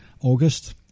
August